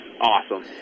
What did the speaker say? awesome